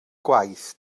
gwaith